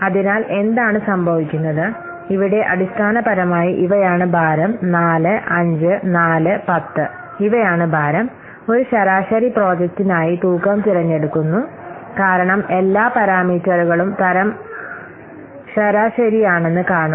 അതിനാൽ എന്താണ് സംഭവിക്കുന്നത് ഇവിടെ അടിസ്ഥാനപരമായി ഇവയാണ് ഭാരം 4 5 4 10 ഇവയാണ് ഭാരം ഒരു ശരാശരി പ്രോജക്റ്റിനായി തൂക്കം തിരഞ്ഞെടുക്കുന്നു കാരണം എല്ലാ പാരാമീറ്ററുകളും തരം ശരാശരിയാണെന്ന് കാണുക